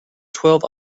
twelve